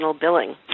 Billing